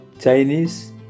Chinese